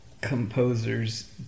composers